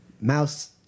Mouse